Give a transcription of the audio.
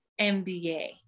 MBA